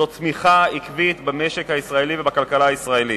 זאת תמיכה עקבית במשק הישראלי ובכלכלה הישראלית.